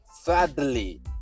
sadly